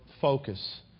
focus